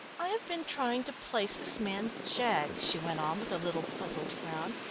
i have been trying to place this man jaggs, she went on with a little puzzled frown,